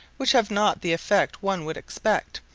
which have not the effect one would expect,